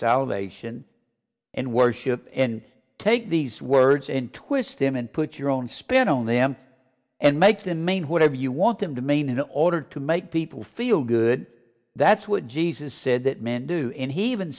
salvation and worship and take these words in twist them and put your own spin on them and make the main whatever you want them to mean in order to make people feel good good that's what jesus said that men do it he even